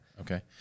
okay